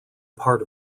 part